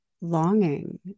longing